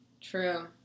True